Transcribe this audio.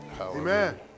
Amen